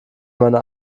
meine